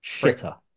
shitter